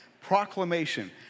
proclamation